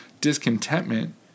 discontentment